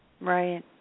Right